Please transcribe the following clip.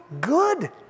good